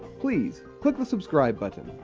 please click the subscribe buttons.